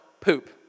poop